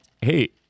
hey